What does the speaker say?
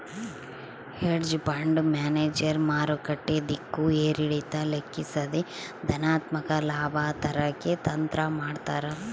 hedge fund manager ಮಾರುಕಟ್ಟೆ ದಿಕ್ಕು ಏರಿಳಿತ ಲೆಕ್ಕಿಸದೆ ಧನಾತ್ಮಕ ಲಾಭ ತರಕ್ಕೆ ತಂತ್ರ ಮಾಡ್ತಾರ